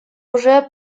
уже